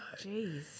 Jeez